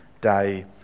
day